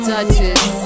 Duchess